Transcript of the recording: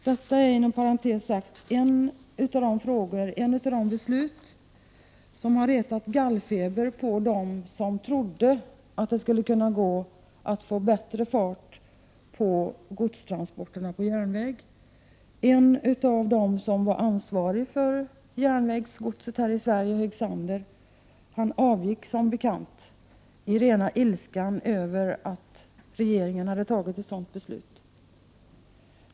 Beslutet härom har inom parentes sagt retat gallfeber på dem som trodde att det skulle gå att få bättre fart på godstransporterna på järnväg. En av dem som var ansvariga för järnvägsgodset här i Sverige, Högsander, avgick som bekant i rena ilskan över att regeringen hade tagit ett sådant beslut.